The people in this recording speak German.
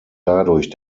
dadurch